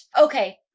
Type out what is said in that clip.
Okay